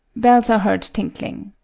bells are heard tinkling.